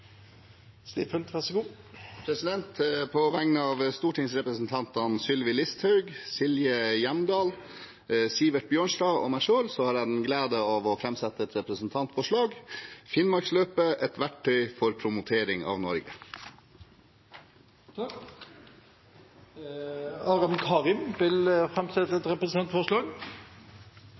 På vegne av stortingsrepresentantene Sylvi Listhaug, Silje Hjemdal, Sivert Bjørnstad og meg selv har jeg gleden av å framsette et representantforslag om Finnmarksløpet – et verktøy for promotering av Norge. Representanten Aram Karim vil framsette et representantforslag.